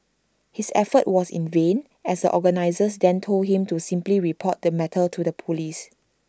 his effort was in vain as organisers then told him to simply report the matter to the Police